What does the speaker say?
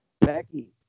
Becky